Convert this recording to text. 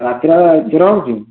ରାତିରେ ଜ୍ୱର ହେଉଛି